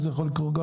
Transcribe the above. אם זה יכול לקרות גם